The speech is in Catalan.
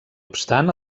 obstant